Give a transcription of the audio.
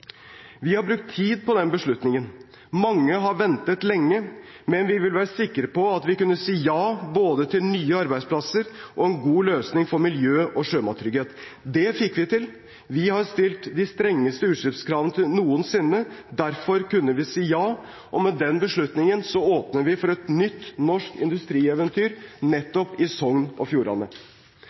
Vi har brukt tid på den beslutningen. Mange har ventet lenge, men vi ville være sikre på at vi kunne si ja til både nye arbeidsplasser og en god løsning for miljø og sjømattrygghet. Det fikk vi til. Vi har stilt de strengeste utslippskravene noensinne. Derfor kunne vi si ja, og med den beslutningen åpner vi for et nytt norsk industrieventyr nettopp i Sogn og Fjordane.